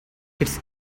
its